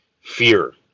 fear